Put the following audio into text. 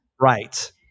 Right